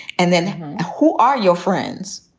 and then who are your friends?